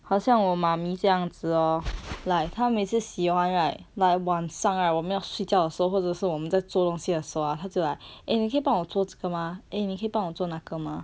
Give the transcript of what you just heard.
好像我 mummy 这样子 lor like 她每次洗完 right like 晚上 right 我们要睡觉的时候或者是我们在做东西的时候 ah 他就 like eh 你可以帮我做这个吗 eh 你可以帮我做那个吗